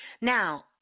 Now